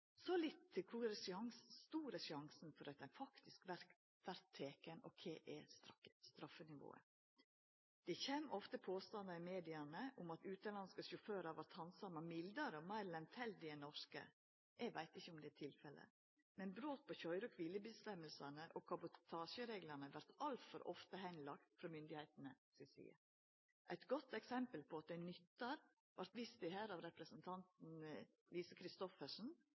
Så litt om kor stor risikoen er for at ein faktisk vert teken, og kva straffenivået er. Det kjem ofte påstandar i media om at utanlandske sjåførar vert handsama mildare og meir lemfeldig enn dei norske. Eg veit ikkje om det er tilfellet, men brot på køyre- og kviletidsreglane og kabotasjereglane vert altfor ofte lagt bort frå myndigheitenes side. Eit godt eksempel på at det nyttar – det vart vist til av representanten Lise Christoffersen